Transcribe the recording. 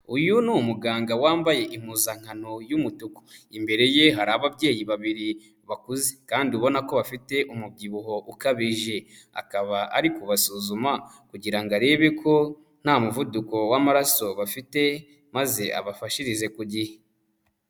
Uyu ni umuganga wambaye impuzankano y'umutuku. Imbere ye hari ababyeyi babiri bakuze kandi ubona ko bafite umubyibuho ukabije. Akaba ari kubasuzuma kugira ngo arebe ko nta muvuduko w'amaraso bafite maze abafashirize ku gihe.